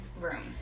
room